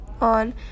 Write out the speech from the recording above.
on